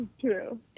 true